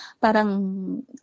parang